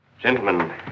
Gentlemen